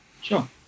Sure